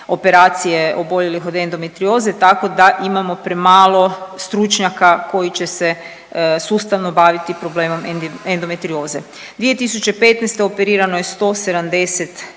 operacije oboljelih od endometrioze, tako da imamo premalo stručnjaka koji će se sustavno baviti problemom endometrioze. 2015. operirano je 170